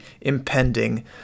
impending